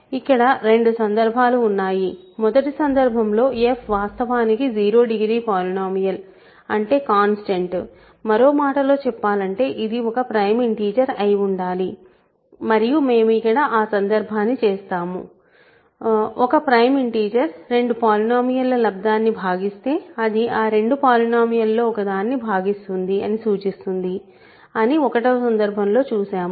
ఇక్కడ రెండు సందర్భాలు ఉన్నాయి మొదటి సందర్భంలో f వాస్తవానికి 0 డిగ్రీ పాలినోమియల్ అంటే కాన్స్టెంట్ మరో మాటలో చెప్పాలంటే ఇది ఒక ప్రైమ్ ఇంటీజర్ అయి ఉండాలి మరియు మేము ఇక్కడ ఆ సందర్భాన్ని చేసాము ఒక ప్రైమ్ ఇంటీజర్ రెండు పోలినోమియల్ ల లబ్దాన్ని భాగిస్తే అది ఆ రెండు పోలినోమియల్ ల లో ఒకదానిని భాగిస్తుంది అని సూచిస్తుంది అని 1 వ సందర్భం లో చూసాము